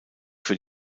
für